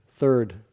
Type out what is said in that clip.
third